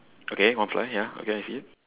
okay one fly ya okay I see it